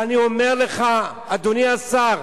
ואני אומר לך, אדוני השר,